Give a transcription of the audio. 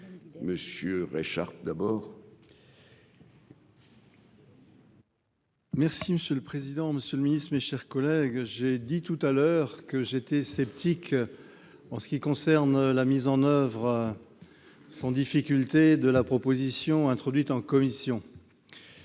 Monsieur Ray Charles d'abord. Merci monsieur le président, Monsieur le Ministre, mes chers collègues, j'ai dit tout à l'heure que j'étais sceptique en ce qui concerne la mise en oeuvre sans difficulté de la proposition introduite en commission,